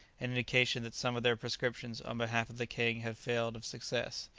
indication that some of their prescriptions on behalf of the king had failed of success.